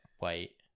wait